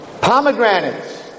Pomegranates